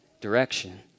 direction